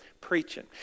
preaching